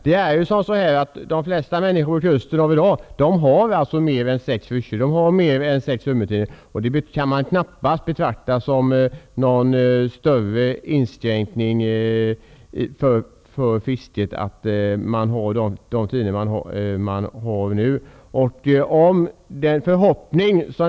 De flesta människor som bor vid kusten i dag har fler än sex ryssjor. De har fler än sex hummertinor. Det kan knappast betraktas som något större intrång på yrkesfiskets område att ha dessa tinor kvar.